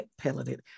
pelleted